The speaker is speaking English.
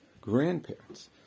grandparents